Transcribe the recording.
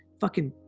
fucking,